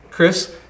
Chris